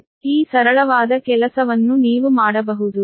ಆದ್ದರಿಂದ ಈ ಸರಳವಾದ ಕೆಲಸವನ್ನು ನೀವು ಮಾಡಬಹುದು